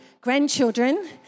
grandchildren